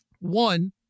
One